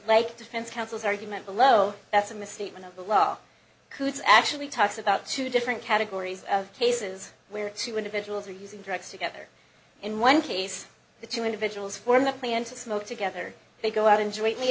like defense counsel's argument below that's a misstatement of the law coots actually talks about two different categories of cases where two individuals are using drugs together in one case the two individuals form the plan to smoke together they go out and jointly